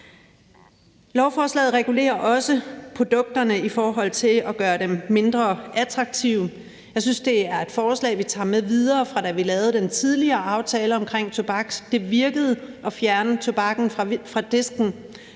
Lovforslaget regulerer også produkterne i forhold til at gøre dem mindre attraktive, og det er et forslag, vi har taget med os videre, fra da vi lavede den tidligere aftale omkring tobak. Det virkede at fjerne tobakken fra disken